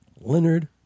Leonard